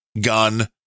gun